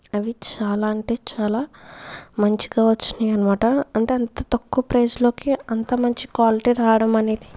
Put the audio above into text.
అవి చాలా అంటే చాలా మంచిగా వచ్చినాయి అనమాట అంటే అంత తక్కువ ప్రైస్లోకి అంత మంచి క్వాలిటీ రావడమనేది